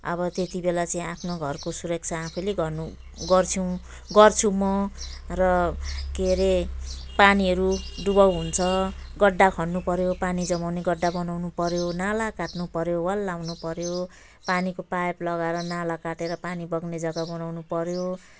अब त्यति बेला चाहिँ आफ्नो घरको सुरक्षा आफैँले गर्नु गर्छौँ गर्छु म र के हरे पानीहरू डुबाउ हुन्छ गड्डा खन्नु पऱ्यो पानी जमाउने गड्डा बनाउनु पऱ्यो नाला काट्नु पऱ्यो वाल लगाउनु पऱ्यो पानीको पाइप लगाएर नाला काटेर पानी बग्ने जगा बनाउनु पऱ्यो